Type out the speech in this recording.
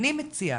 אני מציעה,